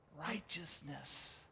righteousness